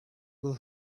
would